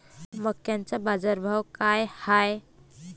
मक्याचा बाजारभाव काय हाय?